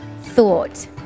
thought